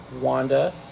Wanda